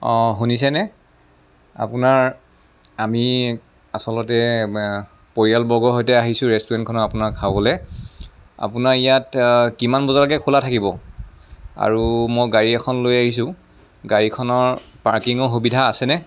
অঁ শুনিছেনে আপোনাৰ আমি আচলতে পৰিয়ালবৰ্গৰ সৈতে আহিছোঁ ৰেষ্টুৰেণ্টখনত আপোনাৰ খাবলৈ আপোনাৰ ইয়াত আ কিমান বজালৈকে খোলা থাকিব আৰু মই গাড়ী এখন লৈ আহিছোঁ গাড়ীখনৰ পাৰ্কিঙৰ সুবিধা আছেনে